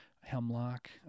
hemlock